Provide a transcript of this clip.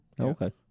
Okay